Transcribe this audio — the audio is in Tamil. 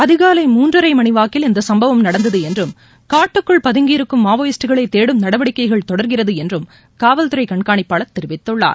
அதிகாலை மூன்றரை மணிவாக்கில் இந்த சம்பவம் நடந்தது என்றும் காட்டுக்குள் பதங்கியிருக்கும் மாவோயிஸ்ட்டுகளை தேடும் நடவடிக்கைகள் தொடர்கிறது என்றும் காவல்துறை கண்காணிப்பாளர் தெரிவித்துள்ளார்